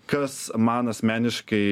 kas man asmeniškai